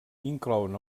inclouen